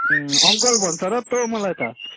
uncle भन्छ र त हौ मलाई त